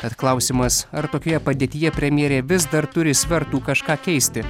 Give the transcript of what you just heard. tad klausimas ar tokioje padėtyje premjerė vis dar turi svertų kažką keisti